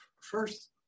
First